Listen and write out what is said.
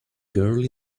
girl